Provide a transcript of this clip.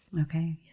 Okay